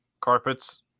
carpets